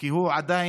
כי הוא עדיין